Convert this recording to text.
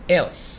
else